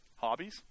hobbies